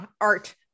art